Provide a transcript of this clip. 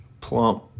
plump